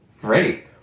Great